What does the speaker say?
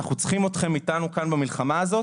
אנחנו צריכים אתכם איתנו במלחמה הזאת